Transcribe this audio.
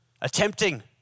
attempting